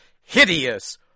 hideous